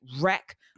wreck